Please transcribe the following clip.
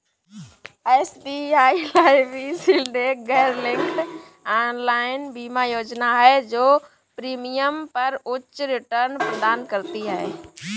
SBI life e shield एक गैरलिंक्ड online बीमा योजना है जो प्रीमियम पर उच्च रिटर्न प्रदान करती है